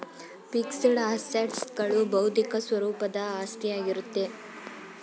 fixed assets ಗಳು ಬೌದ್ಧಿಕ ಸ್ವರೂಪದ ಆಸ್ತಿಯಾಗಿರುತ್ತೆ